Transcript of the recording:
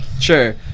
Sure